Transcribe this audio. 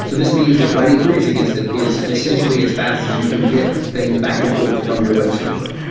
so this means that writing queries against it is essentially as fast as you can get things back and forth from your web server.